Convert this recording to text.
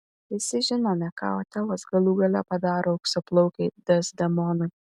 visi žinome ką otelas galų gale padaro auksaplaukei dezdemonai